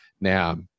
Now